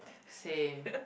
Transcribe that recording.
same